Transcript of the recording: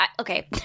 Okay